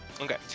Okay